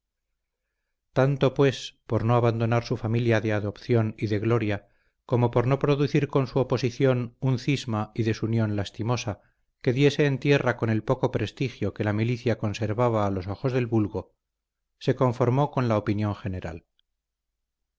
tanto pues por no abandonar su familia de adopción y de gloria como por no producir con su oposición un cisma y desunión lastimosa que diese en tierra con el poco prestigio que la milicia conservaba a los ojos del vulgo se conformó con la opinión general